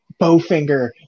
Bowfinger